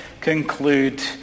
conclude